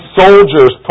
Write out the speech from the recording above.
soldiers